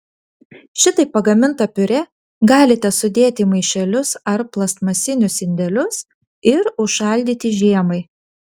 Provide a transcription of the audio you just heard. šitaip pagamintą piurė galite sudėti į maišelius ar plastmasinius indelius ir užšaldyti žiemai